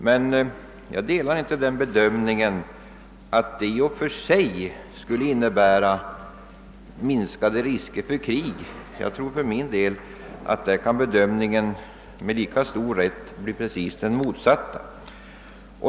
Men jag delar inte bedömningen, att det i och för sig skulle innebära minskade risker för krig. Jag tror för min del att bedömningen med lika stor rätt kan bli den rakt motsatta.